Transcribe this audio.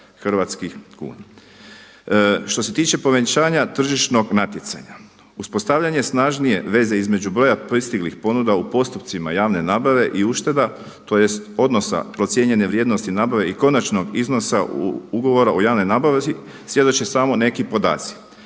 hrvatskih kuna. Što se tiče povećanja tržišnog natjecanja uspostavljanje snažnije veze između broja pristiglih ponuda u postupcima javne nabave i ušteda, tj. odnosa procijenjene vrijednosti nabave i konačnog iznosa ugovora o javnoj nabavi svjedoče samo neki podaci.